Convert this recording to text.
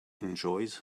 enjoys